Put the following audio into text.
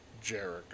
Jericho